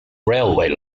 railway